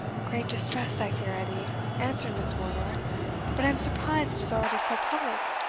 great distress, i fear, edie, answered miss wardour but i am surprised it is already so public.